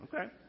Okay